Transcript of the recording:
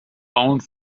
pound